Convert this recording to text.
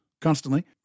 Constantly